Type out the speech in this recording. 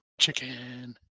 Chicken